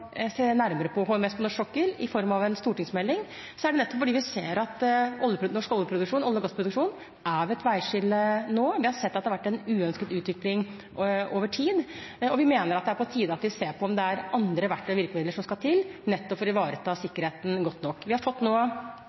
nærmere på HMS på norsk sokkel, i form av en stortingsmelding, er det nettopp fordi vi ser at norsk olje- og gassproduksjon er ved et veiskille nå. Vi har sett at det har vært en uønsket utvikling over tid, og vi mener at det er på tide at vi ser om det er andre verktøy og virkemidler som skal til for å ivareta sikkerheten godt nok. Vi har nå fått